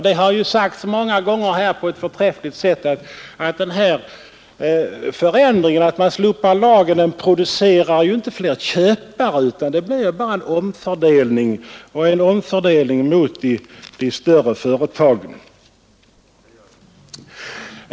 Det har sagts många gånger på ett förträffligt sätt att den här förändringen att man slopar lagen producerar ju inte fler köpare, utan det blir bara en omfördelning och en omfördelning mot de större företagen.